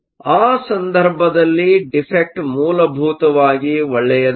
ಆ ಸಂದರ್ಭದಲ್ಲಿ ಡಿಫೆಕ್ಟ್Defect ಮೂಲಭೂತವಾಗಿ ಒಳ್ಳೆಯದಲ್ಲ